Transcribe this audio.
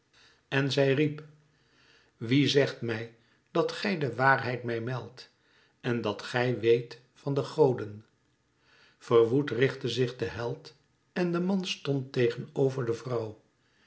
en zij riep wie zegt mij dat gij de waarheid mij meldt en dat gij wéet van de goden verwoed richtte zich de held en de man stond tegen over de vrouw